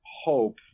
hope